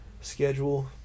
Schedule